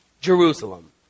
Jerusalem